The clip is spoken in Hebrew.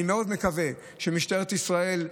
אני מאוד מקווה שלמשטרת ישראל,